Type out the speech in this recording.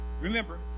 Remember